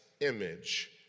image